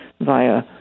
via